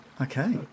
Okay